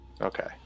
Okay